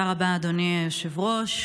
תודה רבה, אדוני היושב-ראש.